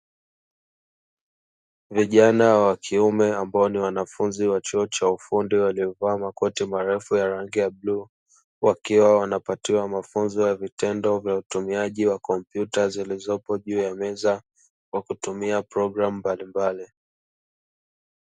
Vijana wa kiume ambao ni wanafunzi wa chuo cha ufundi waliovaa makoti marefu ya rangi ya bluu. Wakiwa wanapatiwa mafunzo ya vitendo vya utumiaji ya kompyuta zilizopo juu ya meza, kwa kutumia programu mbalimbali.